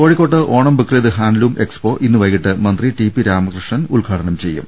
കോഴി ക്കോട് Onam Bakrid handloom expo ഇന്ന് വൈകീട്ട് മന്ത്രി ടി പി രാമകൃഷ്ണൻ ഉദ്ഘാടനം ചെയ്യും